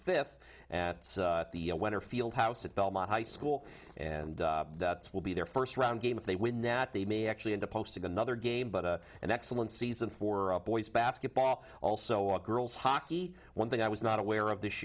fifth and the a winner fieldhouse at belmont high school and that will be their first round game if they win that they may actually into posting another game but an excellent season for boys basketball also or girls hockey one thing i was not aware of this